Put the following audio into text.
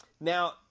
now